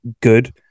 good